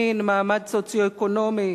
מין ומעמד סוציו-אקונומי,